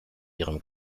ihrem